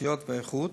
התשתיות והאיכות,